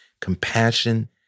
compassion